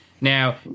Now